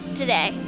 today